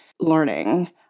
learning